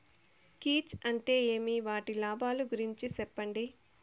కీచ్ అంటే ఏమి? వాటి లాభాలు గురించి సెప్పండి?